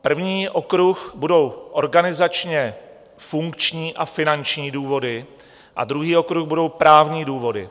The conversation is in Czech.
První okruh budou organizačně funkční a finanční důvody a druhý okruh budou právní důvody.